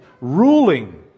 ruling